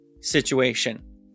situation